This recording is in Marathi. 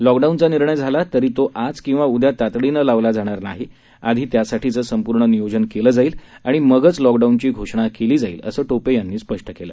लॉकडाऊनचा निर्णय झाला तरी तो आज किंवा उद्या तातडीनं लावला जाणार नाही आधी त्यासाठीचं संपूर्ण नियोजन केलं जाईल आणि मगच लॉकडाऊनची घोषणा केली जाईल असं टोपे यांनी स्पष्ट केलं